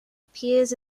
appears